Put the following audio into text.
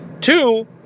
Two